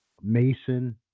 Mason